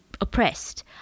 oppressed